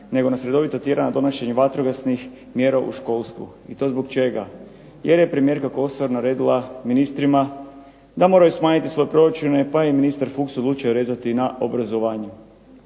nego nas redovito tjera na donošenje vatrogasnih mjera u školstvu i to zbog čega? Jer je premijerka Kosor naredila ministrima da moraju smanjiti svoje proračune, pa je ministar Fuchs odlučio rezati na obrazovanju.